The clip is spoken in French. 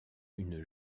une